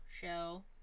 show